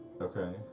Okay